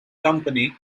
company